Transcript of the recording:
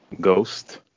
Ghost